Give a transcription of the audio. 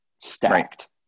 Stacked